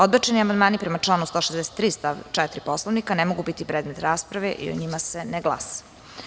Odbačeni amandmani, prema članu 163. stav 4. Poslovnika, ne mogu biti predmet rasprave i o njima se ne glasa.